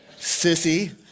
Sissy